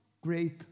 great